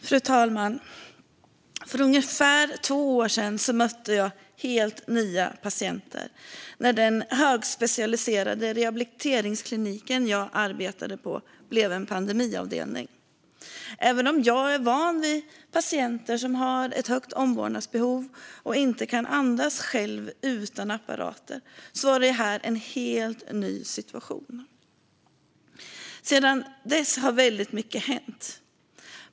Fru talman! För ungefär två år sedan mötte jag helt nya patienter när den högspecialiserade rehabiliteringsklinik som jag arbetade på blev en pandemiavdelning. Även om jag är van vid patienter som har ett stort omvårdnadsbehov och som inte kan andas utan apparater var detta en helt ny situation. Sedan dess har väldigt mycket hänt.